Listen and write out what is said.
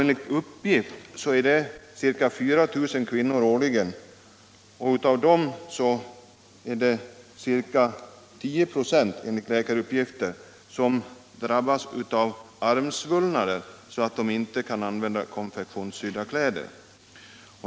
Enligt uppgift brösteanceropereras ca 4 000 kvinnor årligen, och läkarna säger att minst 10 926 av dessa råkar ut för armsvullnader så att de inte kan använda konfektionssydda kläder.